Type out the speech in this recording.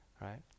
right